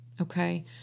Okay